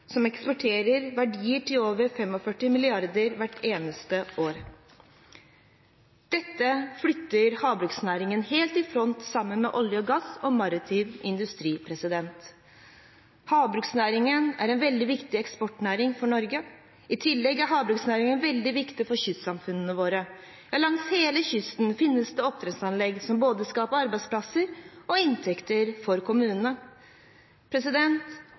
som eksporterer verdier for over 45 mrd. kr hvert eneste år. Dette flytter havbruksnæringen helt i front sammen med olje og gass og maritim industri. Havbruksnæringen er en veldig viktig eksportnæring for Norge. I tillegg er havbruksnæringen veldig viktig for kystsamfunnene våre. Langs hele kysten finnes det oppdrettsanlegg som skaper både arbeidsplasser og inntekter for kommunene.